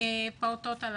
הפעוטות הללו.